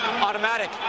automatic